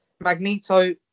Magneto